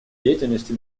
деятельности